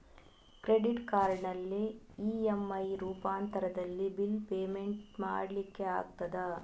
Credit ಕಾರ್ಡಿನಲ್ಲಿ EMI ರೂಪಾಂತರದಲ್ಲಿ bill payment ಮಾಡ್ಲಿಕ್ಕೆ ಆಗ್ತದ?